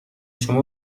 شما